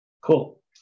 Cool